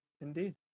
Indeed